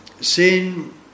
Sin